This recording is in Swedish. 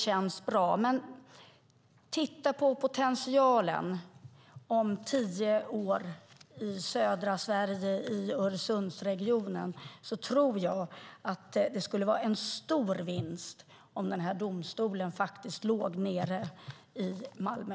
Titta dock på potentialen i södra Sverige och Öresundsregionen om tio år. Jag tror att det skulle vara en stor vinst om domstolen faktiskt låg nere i Malmö.